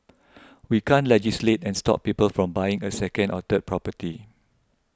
we can't legislate and stop people from buying a second or third property